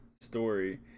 story